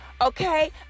okay